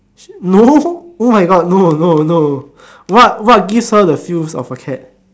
no oh my god no no no what what gives her a feel of a cat